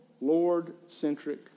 Lord-centric